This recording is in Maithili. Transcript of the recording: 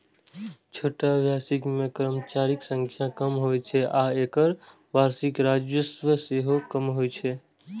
छोट व्यवसाय मे कर्मचारीक संख्या कम होइ छै आ एकर वार्षिक राजस्व सेहो कम होइ छै